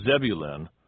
Zebulun